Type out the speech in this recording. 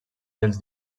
dels